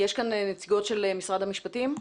יש כאן נציגות של משרד המשפטים?